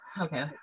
Okay